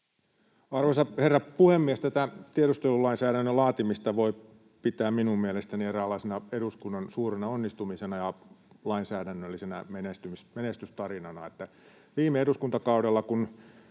Arvoisa herra puhemies! Tätä tiedustelulainsäädännön laatimista voi pitää minun mielestäni eräänlaisena eduskunnan suurena onnistumisena ja lainsäädännöllisenä menestystarinana. Viime eduskuntakaudella, kun